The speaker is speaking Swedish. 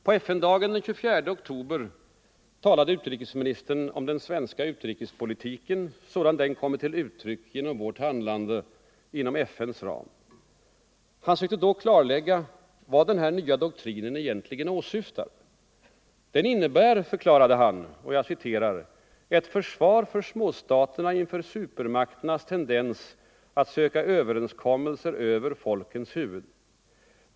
På FN-dagen den 24 oktober talade utrikesministern om den svenska utrikespolitiken sådan den kommit till uttryck genom vårt handlande inom FN:s ram. Han sökte då klarlägga vad den här nya doktrinen egentligen åsyftade. Den innebär — förklarade han - ”ett försvar för småstaterna inför supermakternas tendens att söka överenskommelser över folkens huvuden”.